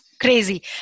crazy